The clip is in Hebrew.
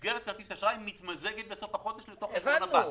מסגרת כרטיס האשראי מתמזגת בסוף החודש אל תוך חשבון הבנק.